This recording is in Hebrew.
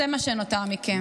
זה מה שנותר מכם.